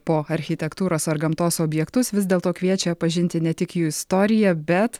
po architektūros ar gamtos objektus vis dėlto kviečia pažinti ne tik jų istoriją bet